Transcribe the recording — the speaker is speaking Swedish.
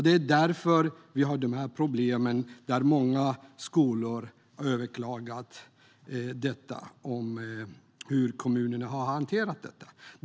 Det är därför som vi har dessa problem som har lett till att många skolor har överklagat hur kommunerna har hanterat detta.